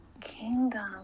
Kingdom